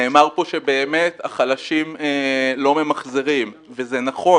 נאמר פה שבאמת החלשים לא ממחזרים וזה נכון.